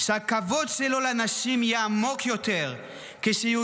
שהכבוד שלו לנשים יהיה עמוק יותר כשהוא